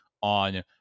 on